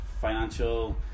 financial